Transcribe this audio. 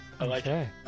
Okay